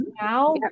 now